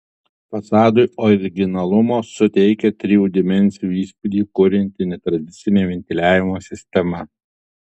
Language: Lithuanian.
fasadui originalumo suteikia trijų dimensijų įspūdį kurianti netradicinė ventiliavimo sistema